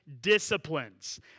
disciplines